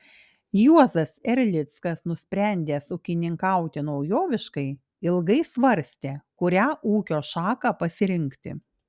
juozas erlickas nusprendęs ūkininkauti naujoviškai ilgai svarstė kurią ūkio šaką pasirinkti